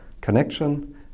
connection